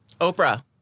Oprah